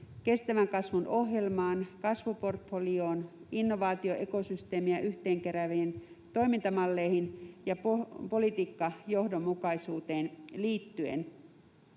kestävän kasvun ohjelmaan, kasvuportfolioon, innovaatioekosysteemiä yhteen kerääviin toimintamalleihin ja politiikkajohdonmukaisuuteen liittyen.